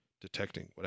detecting